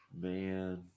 man